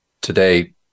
today